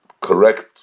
correct